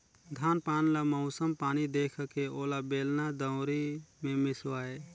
धान पान ल मउसम पानी देखके ओला बेलना, दउंरी मे मिसवाए